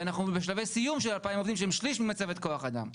ואנחנו בשלבי סיום של 2,000 עובדים שהם שליש ממצבת כח האדם.